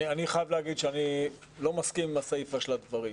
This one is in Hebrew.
אני חייב להגיד שאני לא מסכים עם הסיפה של הדברים.